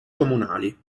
comunali